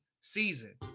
season